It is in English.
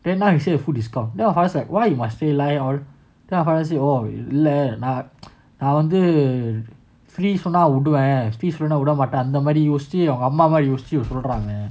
then now you say your food discount then I was like why you must say lie all இல்லநான்நான்வந்து:illa naan naan vandhu free for now விடுவேன்:viduven free for all னாவிடமாட்டேன்:na vida matden mamma you will still run leh